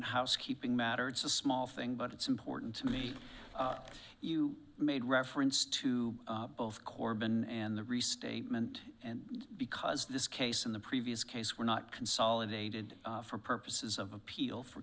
housekeeping matter it's a small thing but it's important to me that you made reference to both corben and the restatement and because this case in the previous case were not consolidated for purposes of appeal for